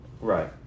Right